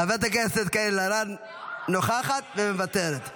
חברת הכנסת קארין אלהרר נוכחת ומוותרת,